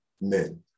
men